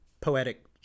poetic